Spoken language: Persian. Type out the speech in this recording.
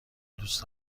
دوست